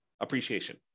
appreciation